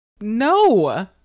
No